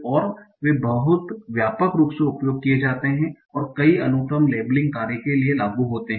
और वे बहुत व्यापक रूप से उपयोग किए जाते हैं और कई अनुक्रम लेबलिंग कार्य के लिए लागू होते हैं